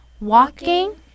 walking